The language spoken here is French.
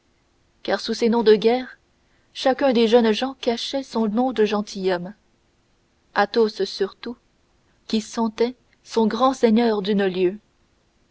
car sous ces noms de guerre chacun des jeunes gens cachait son nom de gentilhomme athos surtout qui sentait son grand seigneur d'une lieue